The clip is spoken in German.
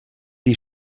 die